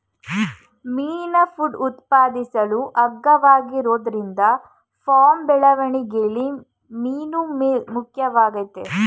ಮೀನಿನ ಫುಡ್ ಉತ್ಪಾದಿಸಲು ಅಗ್ಗವಾಗಿರೋದ್ರಿಂದ ಫಾರ್ಮ್ ಬೆಳವಣಿಗೆಲಿ ಮೀನುಮೀಲ್ ಮುಖ್ಯವಾಗಯ್ತೆ